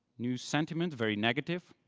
new sentiment very negative,